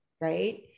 right